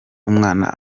umwana